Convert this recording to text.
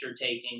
taking